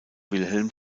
wilhelm